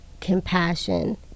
compassion